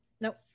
Nope